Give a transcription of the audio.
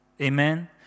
Amen